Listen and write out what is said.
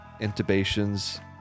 intubations